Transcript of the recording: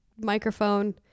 microphone